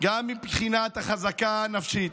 גם מבחינת החוזקה הנפשית,